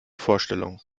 vorstellung